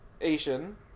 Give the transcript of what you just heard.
Asian